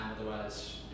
otherwise